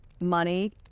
money